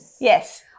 yes